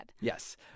Yes